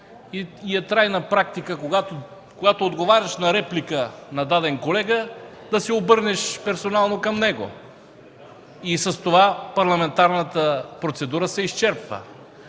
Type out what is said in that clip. Трайна практика е, когато отговаряш на реплика на даден колега, да се обърнеш персонално към него. С това парламентарната процедура се изчерпва